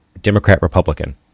Democrat-Republican